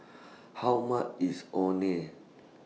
How much IS Orh Nee